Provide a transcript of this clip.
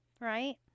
right